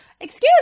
Excuse